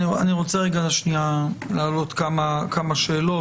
אני רוצה להעלות כמה שאלות,